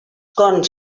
cons